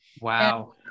Wow